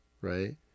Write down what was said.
right